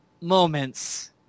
moments